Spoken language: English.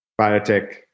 biotech